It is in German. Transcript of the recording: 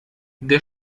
der